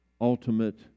ultimate